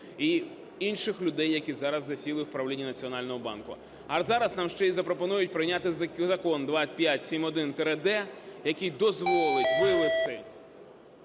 і інших людей, які зараз засіли в правлінні Національного банку. А зараз нам ще й запропонують прийняти Закон 2571-д, який дозволить вивести